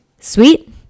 Sweet